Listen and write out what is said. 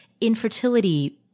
Infertility